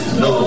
no